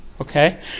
okay